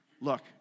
Look